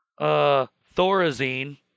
Thorazine